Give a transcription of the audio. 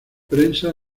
prensa